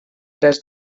tres